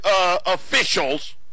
officials